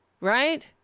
Right